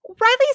Riley's